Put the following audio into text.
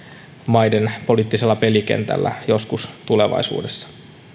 maiden poliittisella pelikentällä joskus tulevaisuudessa